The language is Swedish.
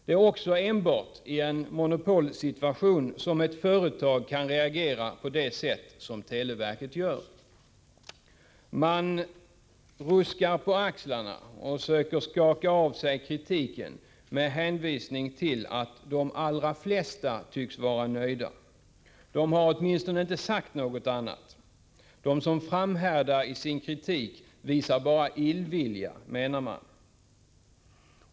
Det är också enbart i en monopolsituation som ett företag kan reagera på det sätt som televerket gör. Man ruskar på axlarna och söker skaka av sig kritiken med hänvisning till att de allra flesta tycks vara nöjda — de har åtminstone inte sagt något annat. De som framhärdar i sin kritik visar bara illvilja, menar man.